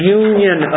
union